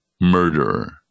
murderer